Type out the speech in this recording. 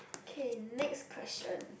K next question